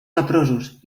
leprosos